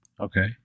Okay